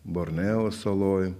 borneo saloj